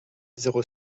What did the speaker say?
zéro